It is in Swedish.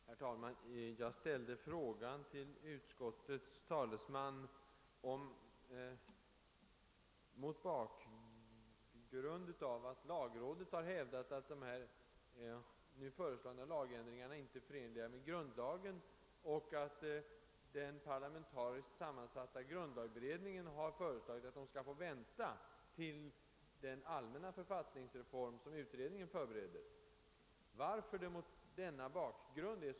Herr talman! Jag ställde frågan till utskottets talesman, varför det är så angeläget att nu besluta i denna sak, mot bakgrund av att lagrådet har hävdat att de nu föreslagna lagändringarna inte är förenliga med grundlagen och att den parlamentariskt sammansatta grundlagberedningen har föreslagit att frågan skall få vänta till den allmänna författningsreform som utredningen förbereder.